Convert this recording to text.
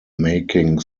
making